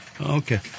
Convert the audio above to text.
Okay